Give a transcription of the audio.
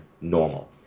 normal